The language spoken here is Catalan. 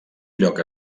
lloc